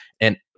And-